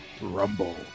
Rumble